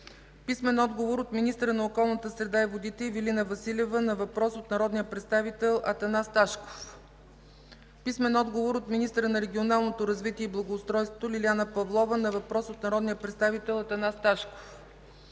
Божинов; - от министъра на околната среда и водите Ивелина Василева на въпрос от народния представител Атанас Ташков; - от министъра на регионалното развитие и благоустройството Лиляна Павлова на въпрос от народния представител Атанас Ташков;